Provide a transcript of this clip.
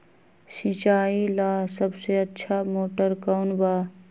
सिंचाई ला सबसे अच्छा मोटर कौन बा?